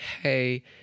hey